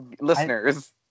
listeners